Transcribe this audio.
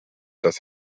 das